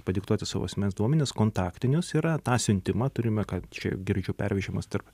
padiktuoti savo asmens duomenis kontaktinius yra tą siuntimą turime ką čia girdžiu pervežimas tarp